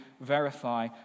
verify